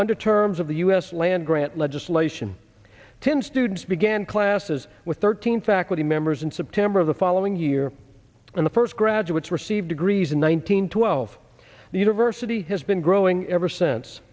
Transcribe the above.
under terms of the us land grant legislation ten students began classes with thirteen faculty members in september the following year and the first graduates received degrees in one nine hundred twelve the university has been growing ever since